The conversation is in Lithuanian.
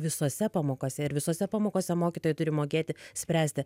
visose pamokose ir visose pamokose mokytojai turi mokėti spręsti